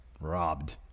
robbed